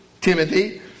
Timothy